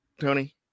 tony